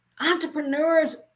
entrepreneurs